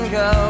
go